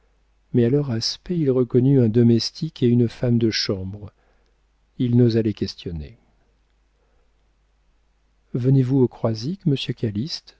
mais à leur aspect il reconnut un domestique et une femme de chambre il n'osa les questionner venez-vous au croisic monsieur